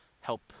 help